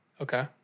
okay